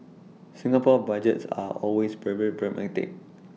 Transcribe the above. Singapore Budgets are always very pragmatic